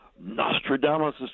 Nostradamus